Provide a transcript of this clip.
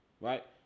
Right